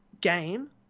game